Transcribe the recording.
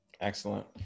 excellent